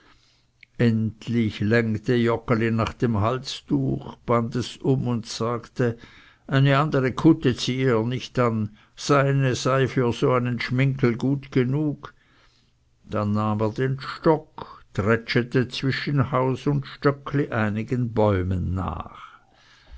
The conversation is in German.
endlich längte joggeli nach dem halstuch band es um und sagte eine andere kutte ziehe er nicht an seine sei für so einen schminggel gut genug dann nahm er den stock trätschete zwischen haus und stöckli einigen bäumen nach